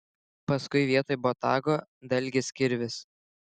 paskui vietoj botago dalgis kirvis